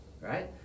right